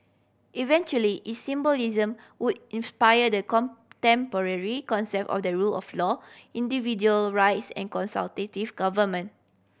eventually its symbolism would inspire the contemporary concept of the rule of law individual rights and consultative government